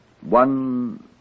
One